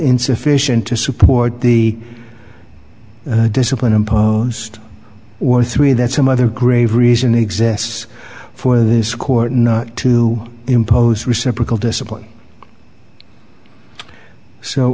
insufficient to support the discipline imposed or three that some other grave reason exists for this court not to impose reciprocal discipline so